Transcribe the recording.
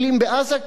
"כיפת ברזל",